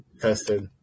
tested